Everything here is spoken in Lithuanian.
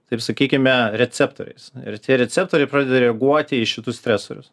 taip sakykime receptoriais ir tie receptoriai pradeda reaguoti į šitus stresorius